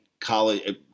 college